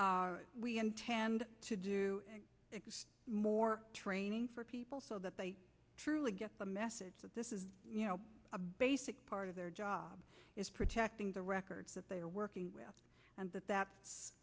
to we intend to do more training for people so that they truly get the message that this is a basic part of their job is protecting the records that they are working with and that that's